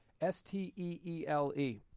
S-T-E-E-L-E